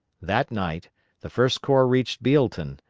that night the first corps reached bealeton,